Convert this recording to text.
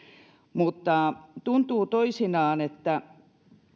mutta tuntuu toisinaan